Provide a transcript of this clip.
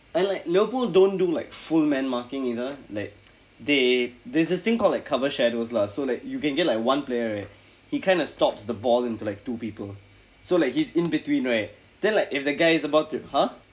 and like novo don't do full man marking either like they there's this thing called like cover shadows lah so like you can get like one player right he kind of stops the ball into like two people so like he's inbetween right then like if the guy is about to !huh!